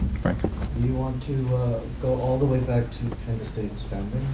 frank do you want to go all the way back to penn states